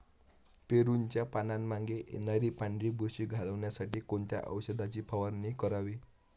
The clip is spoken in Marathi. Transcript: पेरूच्या पानांमागे येणारी पांढरी बुरशी घालवण्यासाठी कोणत्या औषधाची फवारणी करावी?